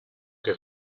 che